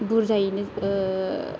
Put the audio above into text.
बुरजायैनो